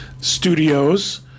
studios